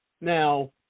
Now